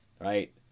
right